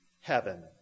heaven